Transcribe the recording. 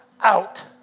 out